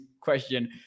question